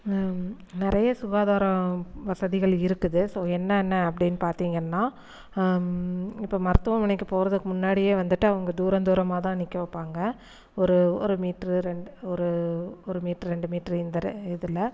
நிறையா சுகாதாரம் வசதிகள் இருக்குது ஸோ என்னென்ன அப்படின்னு பார்த்தீங்கன்னா இப்போ மருத்துவமனைக்கு போகிறதுக்கு முன்னாடியே வந்துட்டு அவங்க தூரந்தூரமாக தான் நிற்க வைப்பாங்க ஒரு ஒரு மீட்ரு ஒரு மீட்ரு ரெண்டு மீட்ரு இந்த இதில்